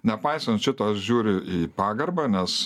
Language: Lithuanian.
nepaisant šito aš žiūriu į pagarbą nes